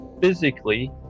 physically